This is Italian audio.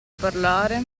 parlare